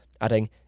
adding